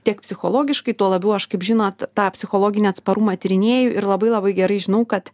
tiek psichologiškai tuo labiau aš kaip žinot tą psichologinį atsparumą tyrinėju ir labai labai gerai žinau kad